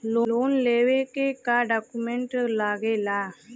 Loan लेवे के का डॉक्यूमेंट लागेला?